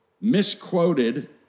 misquoted